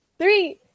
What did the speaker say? three